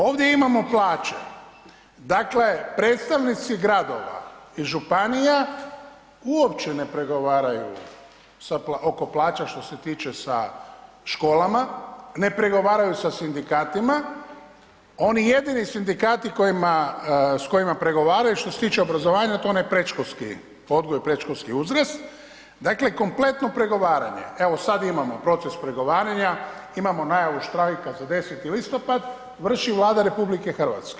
Ovde imamo plaće, dakle predstavnici gradova i županija uopće ne pregovaraju oko plaća što se tiče sa školama, ne pregovaraju sa sindikatima, oni jedini sindikati s kojima pregovaraju što se tiče obrazovanja, to je onaj predškolski odgoj, predškolski uzrast, dakle kompletno pregovaranje, evo sad imamo proces pregovaranja, imamo najavu štrajka za 10. listopad, vrši Vlada RH.